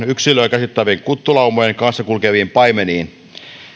yksilöä käsittävien kuttulaumojen kanssa kulkeviin paimeniin